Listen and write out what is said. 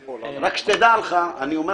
גם מקדמים